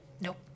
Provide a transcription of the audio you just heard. Nope